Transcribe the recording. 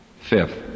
Fifth